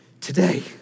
Today